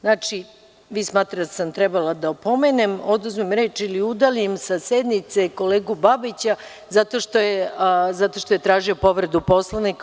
Znači, vi smatrate da sam trebala da opomenem, oduzmem reč ili udaljim sa sednice kolegu Babića zato što je tražio povredu Poslovnika?